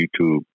YouTube